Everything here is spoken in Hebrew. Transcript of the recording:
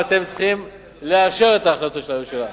ואתם צריכים לאשר את ההחלטות של הממשלה.